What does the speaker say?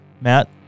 Matt